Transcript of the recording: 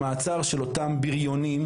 במעצר של אותם בריונים,